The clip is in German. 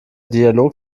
dialog